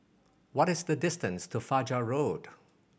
what is the distance to Fajar Road